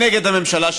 נגד הממשלה,